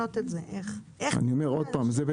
איך אתם חושבים לשנות את זה?